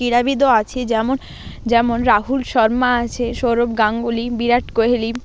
ক্রীড়াবিদও আছে যেমন যেমন রাহুল শর্মা আছে সৌরভ গাঙ্গুলি বিরাট কোহলি